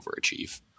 overachieve